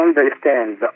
understand